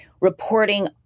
reporting